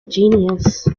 genius